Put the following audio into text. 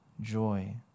joy